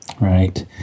Right